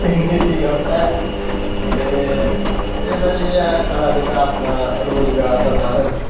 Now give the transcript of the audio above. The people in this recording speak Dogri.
नेईं नेईं गप्प ऐ ते एह् भई साढ़ा जेहका अपना रोजगार दा साधन